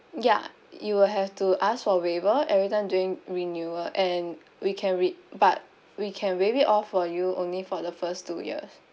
ya you'll have to ask for waiver everytime during renewal and we can read but we can waive it off you only for the first two years